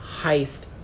heist